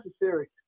necessary